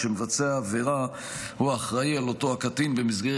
כשמבצע העבירה הוא אחראי על אותו קטין במסגרת